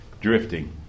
drifting